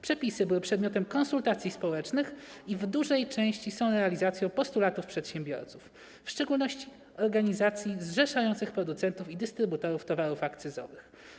Przepisy były przedmiotem konsultacji społecznych i w dużej części są realizacją postulatów przedsiębiorców, w szczególności organizacji zrzeszających producentów i dystrybutorów towarów akcyzowych.